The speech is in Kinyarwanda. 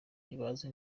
ntibazi